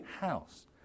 house